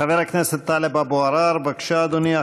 חבר הכנסת טלב אבו עראר, בבקשה, אדוני.